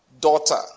daughter